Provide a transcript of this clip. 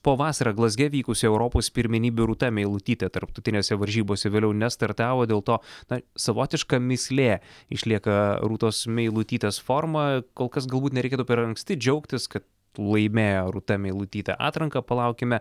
po vasarą glazge vykusio europos pirmenybių rūta meilutytė tarptautinėse varžybose vėliau nestartavo dėl to na savotiška mįslė išlieka rūtos meilutytės forma kol kas galbūt nereikėtų per anksti džiaugtis kad laimėjo rūta meilutytė atranką palaukime